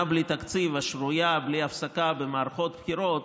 בלי תקציב השרויה בלי הפסקה במערכות בחירות,